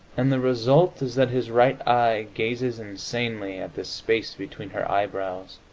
and the result is that his right eye gazes insanely at the space between her eyebrows,